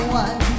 one